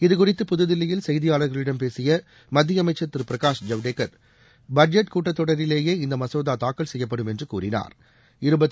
இதுகுறித்து புதுதில்லியில் செய்தியாளர்களிடம் பேசிய மத்திய அமைச்சர் திரு பிரகாஷ் ஜவ்டேக்கா் பட்ஜெட் கூட்டத்தொடரிலேயே இந்த மசோதா தாக்கல் செய்யப்படும் என்று கூறினாா்